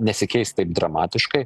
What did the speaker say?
nesikeis taip dramatiškai